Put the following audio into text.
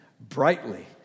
brightly